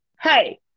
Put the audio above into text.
Hey